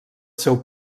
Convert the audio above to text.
seu